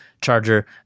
charger